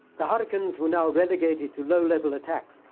the hurricanes were now relegated to low-level attacks,